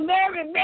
Mary